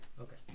Okay